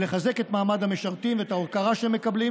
כדי לחזק את מעמד המשרתים ואת ההוקרה שהם מקבלים